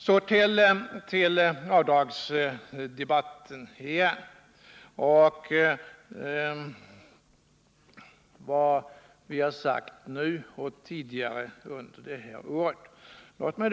Jag återgår så till avdragsdebatten och frågan om vad vi har sagt nu och tidigare under detta år i det sammanhanget.